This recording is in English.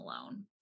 alone